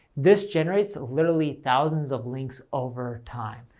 this generates literally thousands of links over time.